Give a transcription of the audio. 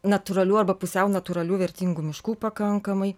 natūralių arba pusiau natūralių vertingų miškų pakankamai